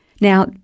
Now